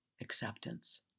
acceptance